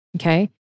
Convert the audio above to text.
Okay